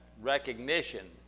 recognition